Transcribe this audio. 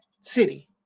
city